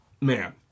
Man